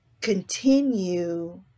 continue